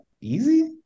easy